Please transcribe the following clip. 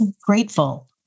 grateful